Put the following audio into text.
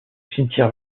cimetière